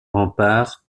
rempart